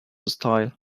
hostile